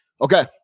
okay